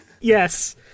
Yes